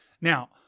Now